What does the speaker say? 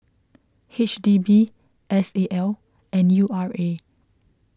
H D B S A L and U R A